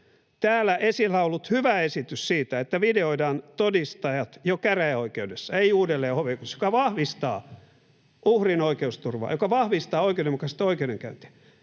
Täällä esillä ollut hyvä esitys siitä, että videoidaan todistajat jo käräjäoikeudessa, ei uudelleen hovioikeudessa, joka vahvistaa uhrien oikeusturvaa, joka vahvistaa oikeudenmukaista oikeudenkäyntiä,